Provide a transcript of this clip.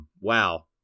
Wow